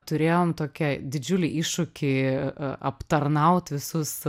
turėjom tokią didžiulį iššūkį aptarnaut visus